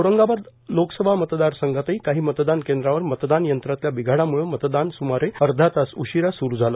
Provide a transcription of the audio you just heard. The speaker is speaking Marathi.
औरंगाबाद लोकसभा मतदार संघातही काही मतदान केंद्रांवर मतदान यंत्रातल्या बिघाडामुळे मतदान सुमारे अर्धा तास उशीरा सुरू झालं